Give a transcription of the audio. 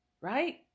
right